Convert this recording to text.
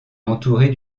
entourée